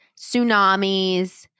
tsunamis